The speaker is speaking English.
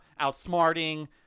outsmarting